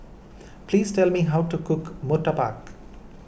please tell me how to cook Murtabak